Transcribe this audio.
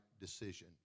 decision